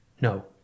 No